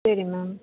சரி மேம்